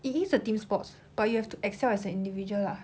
it is a team sports but you have to excel as an individual lah